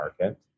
market